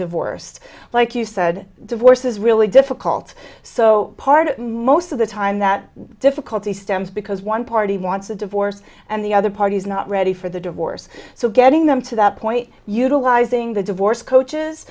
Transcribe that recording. divorced like you said divorce is really difficult so part most of the time that difficulty stems because one party wants a divorce and the other party is not ready for the divorce so getting them to that point utilizing the divorce coaches